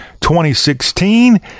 2016